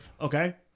Okay